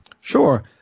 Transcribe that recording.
Sure